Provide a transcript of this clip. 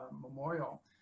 memorial